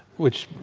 which